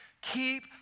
Keep